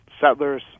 settlers